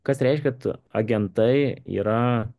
kas reiškia kad agentai yra